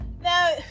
now